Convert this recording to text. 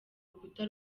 rukuta